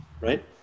right